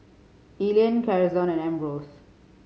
Elayne Karson and Ambrose